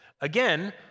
Again